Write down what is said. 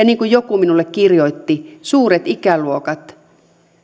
niin kuin joku minulle kirjoitti suuret ikäluokat